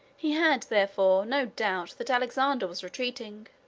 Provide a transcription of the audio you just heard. he had, therefore, no doubt that alexander was retreating.